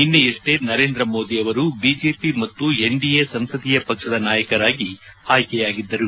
ನಿನ್ನೆಯಷ್ಷೇ ನರೇಂದ್ರ ಮೋದಿ ಅವರು ಬಿಜೆಪಿ ಮತ್ತು ಎನ್ಡಿಎ ಸಂಸದೀಯ ಪಕ್ಷದ ನಾಯಕರಾಗಿ ಆಯ್ಲೆಯಾಗಿದ್ದರು